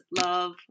love